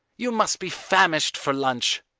you must be famished for lunch.